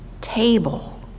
Table